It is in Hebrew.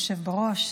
היושב-ראש.